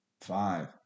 five